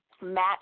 match